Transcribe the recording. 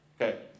Okay